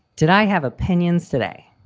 did i have opinions today?